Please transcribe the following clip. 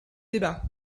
débat